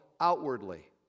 outwardly